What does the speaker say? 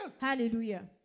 Hallelujah